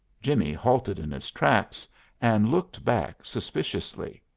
jimmie halted in his tracks and looked back suspiciously.